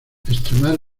extremad